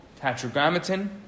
Tetragrammaton